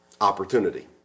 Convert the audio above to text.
Opportunity